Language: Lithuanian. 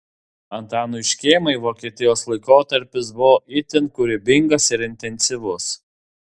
antanui škėmai vokietijos laikotarpis buvo itin kūrybingas ir intensyvus